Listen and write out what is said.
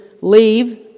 leave